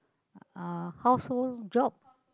uh household job